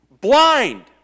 Blind